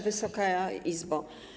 Wysoka Izbo!